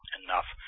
enough